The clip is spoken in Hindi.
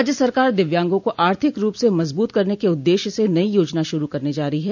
राज्य सरकार दिव्यांगों को आर्थिक रूप से मजबूत करने के उददेश्य से नई योजना शुरू करने जा रही है